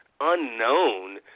unknown